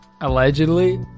allegedly